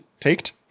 Taked